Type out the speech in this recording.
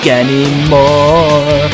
anymore